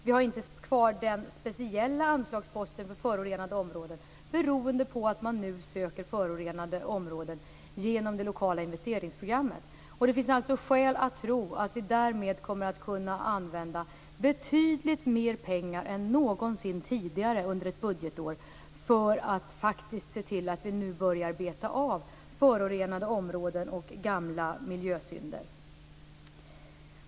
Vi har inte kvar den speciella anslagsposten för förorenade områden beroende på att man nu söker förorenade områden genom det lokala investeringsprogrammet. Det finns skäl att tro att vi därmed kommer att kunna använda betydligt mer pengar än någonsin tidigare under ett budgetår för att faktiskt se till att vi nu börjar beta av förorenade områden och gamla miljösynder.